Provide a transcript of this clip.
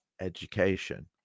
education